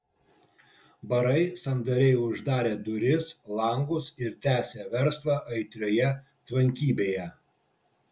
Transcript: barai sandariai uždarė duris langus ir tęsė verslą aitrioje tvankybėje